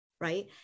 right